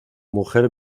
mujer